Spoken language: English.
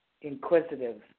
inquisitive